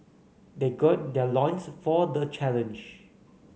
they gird their loins for the challenge